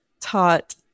taught